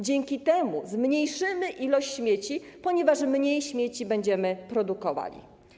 Dzięki temu zmniejszymy ilość śmieci, ponieważ mniej śmieci będziemy produkowali.